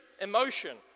emotion